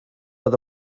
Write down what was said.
oedd